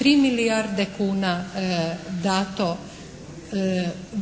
3 milijarde kuna dato